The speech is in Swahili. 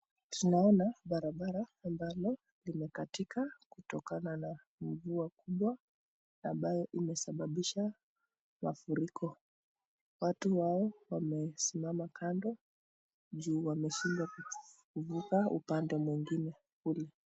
Tunaona barabara ambalo limekatika kutokana na mvua kubwa ambayo imesababisha mafuriko. Watu hao wamesimama kando juu wameshindwa kuvuka upande mwingine ule.